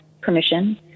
permission